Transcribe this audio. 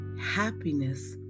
happiness